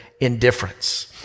Indifference